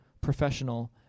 professional